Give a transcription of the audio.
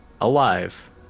alive